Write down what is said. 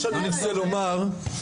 אז מה שאני מנסה לומר --- לא,